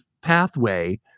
pathway